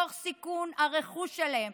תוך סיכון הרכוש שלהם,